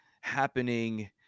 happening